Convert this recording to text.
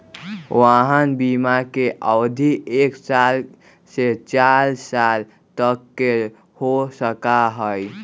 वाहन बिमा के अवधि एक साल से चार साल तक के हो सका हई